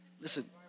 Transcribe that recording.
Listen